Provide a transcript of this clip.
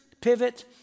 pivot